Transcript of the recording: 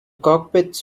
cockpits